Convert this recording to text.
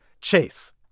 Chase